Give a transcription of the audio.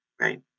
right